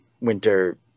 winter